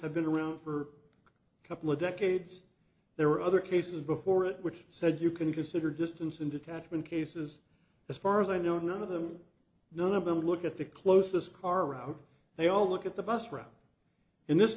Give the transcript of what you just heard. have been around for a couple of decades there were other cases before it which said you can consider distance and detachment cases as far as i know none of them none of them look at the closest car route they all look at the bus route in this